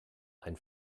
ein